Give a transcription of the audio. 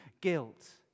guilt